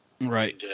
Right